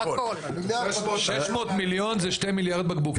600 מיליון זה 2 מיליארד בקבוקים.